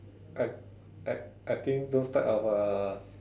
I I I think those type of uh